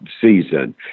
season